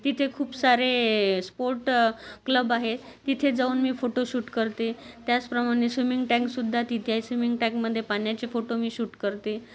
तिथे खूप सारे स्पोर्ट क्लब आहे तिथे जाऊन मी फोटो शूट करते त्याचप्रमाणे स्विमिंग टँकसुद्धा तिथे आहे स्विमिंग टँकमध्ये पाण्याचे फोटो मी शूट करते